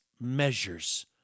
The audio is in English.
measures